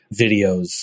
videos